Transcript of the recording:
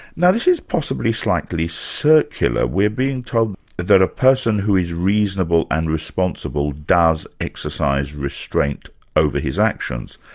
now this is possibly slightly circular. we're being told that a person who is reasonable and responsible, does exercise restraint over his actions.